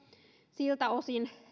siltä osin